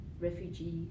refugee